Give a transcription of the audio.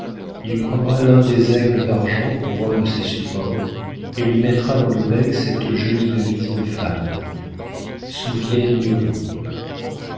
il prendra l'un des aigles d'argent pour un de ses supports et lui mettra dans le bec cette jolie devise de femme souviègne vous nous